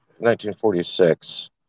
1946